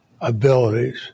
abilities